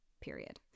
period